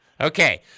Okay